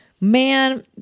Man